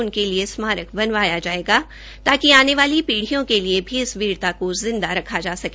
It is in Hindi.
उनके लिए स्मारक बनवाया जाएगा ताकि आने वाली पीढ़ियों के लिए भी इस वीरता को जिंदा रखा जा सके